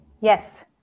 Yes